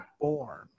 born